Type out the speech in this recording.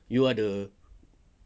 you're the